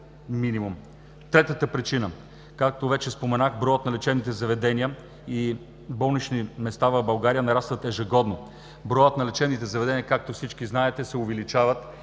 Третата причина. Както вече споменах, броят на лечебните заведения и болнични места в България нарастват ежегодно. Броят на лечебните заведения, както всички знаете, се увеличават